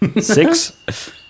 Six